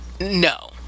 No